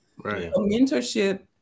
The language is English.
Mentorship